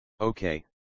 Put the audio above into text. Okay